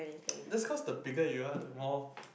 that's cause the bigger you are the more